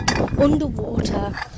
underwater